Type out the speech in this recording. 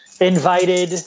invited